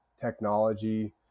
technology